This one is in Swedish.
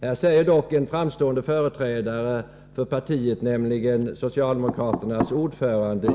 Här säger dock en framstående företrädare för det socialdemokratiska partiet.